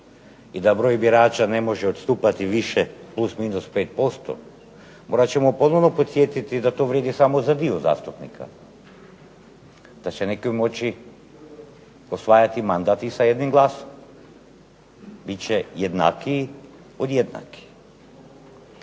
i da broj birača ne može odstupati više od +-5% onda ćemo ponovno podsjetiti da to vrijedi samo za dio zastupnika, da će neki moći osvajati mandat sa jednim glasom, biti će jednakiji od jednakih.